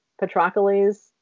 Patrocles